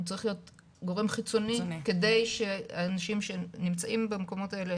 הוא צריך להיות גורם חיצוני כדי שהאנשים שנמצאים במקומות האלה,